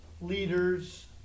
leaders